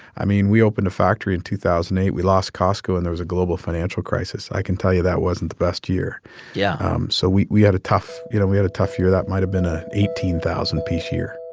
i mean, we opened a factory in two thousand and eight. we lost costco, and there was a global financial crisis. i can tell you that wasn't the best year yeah um so we we had a tough you know, we had a tough year that might have been a eighteen thousand piece year